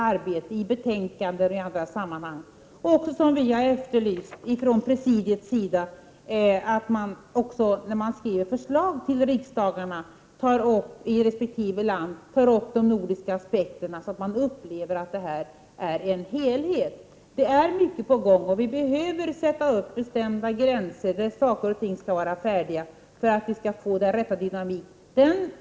1988/89:63 = sida efterlyst att man, när man skriver förslag till riksdagarna i resp. land, tar 8 februari 1989 upp de nordiska aspekterna, så att detta upplevs som en helhet. Ra AAA Det är mycket på gång, och vi behöver sätta upp bestämda gränser för när saker och ting skall vara färdiga för att vi skall få den rätta dynamiken.